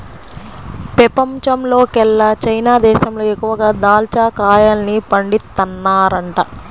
పెపంచంలోకెల్లా చైనా దేశంలో ఎక్కువగా దాచ్చా కాయల్ని పండిత్తన్నారంట